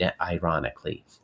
ironically